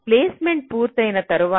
placement పూర్తయిన తర్వాత